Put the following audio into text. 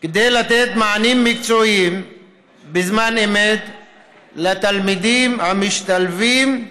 כדי לתת מענים מקצועיים בזמן אמת לתלמידים המשתלבים,